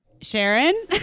Sharon